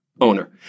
owner